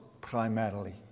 primarily